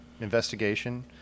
investigation